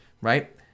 right